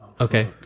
Okay